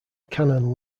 canon